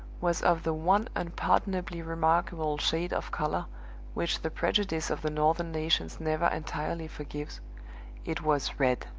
was of the one unpardonably remarkable shade of color which the prejudice of the northern nations never entirely forgives it was red!